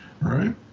right